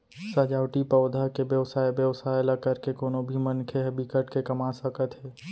सजावटी पउधा के बेवसाय बेवसाय ल करके कोनो भी मनखे ह बिकट के कमा सकत हे